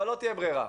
אבל לא תהיה ברירה.